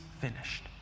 finished